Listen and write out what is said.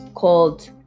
called